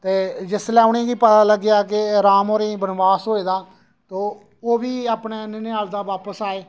जिसलै उ'नेंगी पता लग्गेआ कि राम होरें गी वनबास होएदा ते ओह् बी अपने ननेहाल दा वापस आए